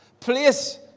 place